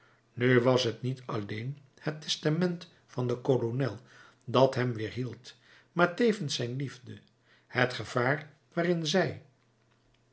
nu was t niet alleen het testament van den kolonel dat hem weerhield maar tevens zijn liefde het gevaar waarin zij